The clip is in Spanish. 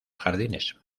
jardines